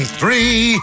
three